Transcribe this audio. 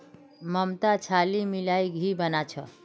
ममता छाली मिलइ घी बना छ